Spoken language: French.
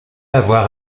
avoir